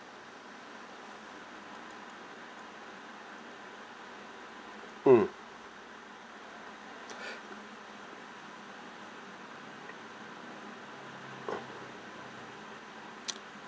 mm